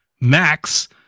Max